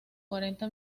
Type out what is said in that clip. cuarenta